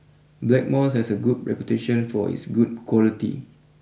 Blackmores has a good reputation for its good quality